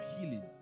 healing